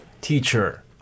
teacher